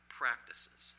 practices